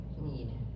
need